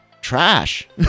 trash